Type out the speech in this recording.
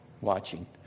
watching